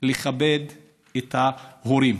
לכבד את ההורים.